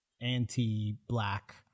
anti-black